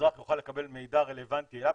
האזרח יוכל לקבל מידע רלוונטי אליו.